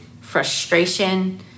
frustration